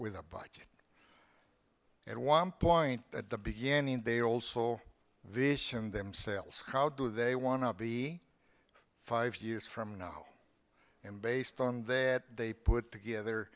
with a budget at one point at the beginning they old soul vision themselves how do they want to be five years from now and based on that they put together